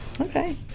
Okay